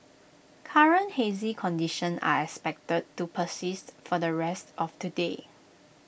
current hazy conditions are expected to persist for the rest of today